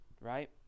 right